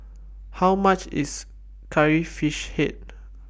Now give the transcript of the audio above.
How much IS Curry Fish Head